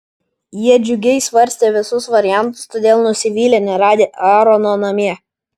jie džiugiai svarstė visus variantus todėl nusivylė neradę aarono namie